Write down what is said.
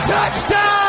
Touchdown